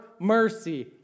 mercy